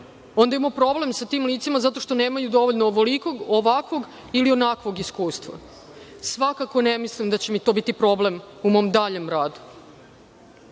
onda imamo problem sa tim licima zato što nemaju dovoljno ovolikog, ovakvog ili onakvog iskustva. Svakako ne mislim da će mi to biti problem u mom daljem radu. Što